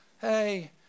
hey